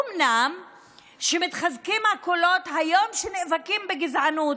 אומנם מתחזקים הקולות היום שנאבקים בגזענות,